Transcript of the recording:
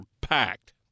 packed